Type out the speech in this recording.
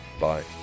bye